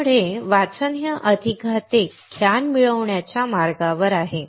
त्यामुळे वाचन हे अधिकाधिक ज्ञान मिळवण्याच्या मार्गावर आहे